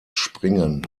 springen